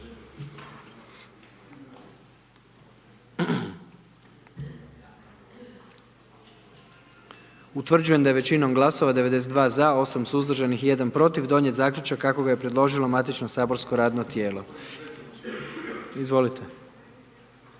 Utvrđujem da je većinom glasova 78 za i 1 suzdržan i 20 protiv donijet zaključak kako ga je predložilo matično saborsko radno tijelo. Kolega